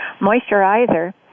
moisturizer